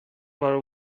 بالا